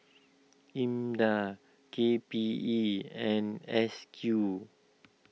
Imda K P E and S Q